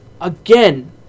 again